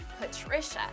Patricia